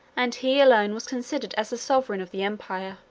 and he alone was considered as the sovereign of the empire.